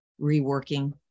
reworking